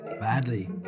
Badly